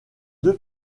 deux